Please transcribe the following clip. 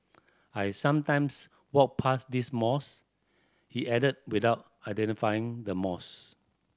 I sometimes walk past this mosque he added without identifying the mosque